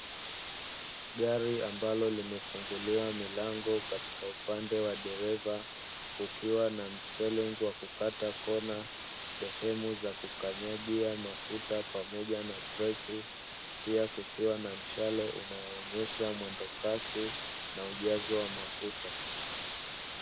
Gari ambalo limefunguliwa milango katika upande wa upande wa dereva kukiwa na msteringi wa kukata kona, sehemu za kukanyagia mafuta pamoja na breki; pia kukiwa na mshale unaoonyesha mwendo kasi na ujazo wa mafuta.